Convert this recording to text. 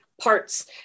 parts